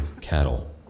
Cattle